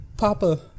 Papa